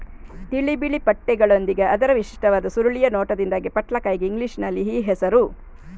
ತಿಳಿ ಬಿಳಿ ಪಟ್ಟೆಗಳೊಂದಿಗೆ ಅದರ ವಿಶಿಷ್ಟವಾದ ಸುರುಳಿಯ ನೋಟದಿಂದಾಗಿ ಪಟ್ಲಕಾಯಿಗೆ ಇಂಗ್ಲಿಷಿನಲ್ಲಿ ಈ ಹೆಸರು